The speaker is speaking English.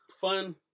fun